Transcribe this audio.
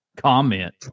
Comment